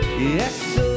Yes